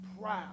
proud